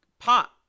pot